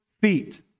feet